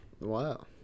Wow